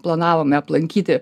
planavome aplankyti